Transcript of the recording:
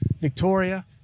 Victoria